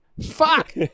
Fuck